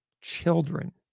children